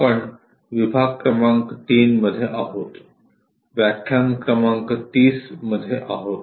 आपण विभाग क्रमांक 3 मध्ये आहोत व्याख्यान क्रमांक 30 मध्ये आहोत